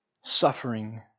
suffering